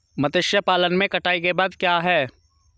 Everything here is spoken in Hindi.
मत्स्य पालन में कटाई के बाद क्या है?